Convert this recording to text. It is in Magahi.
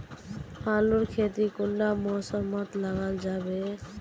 आलूर खेती कुंडा मौसम मोत लगा जाबे?